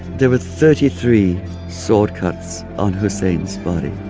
there were thirty three sword cuts on hussain's body.